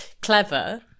clever